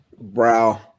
Brow